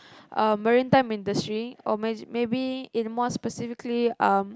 um maritime industry more specifically um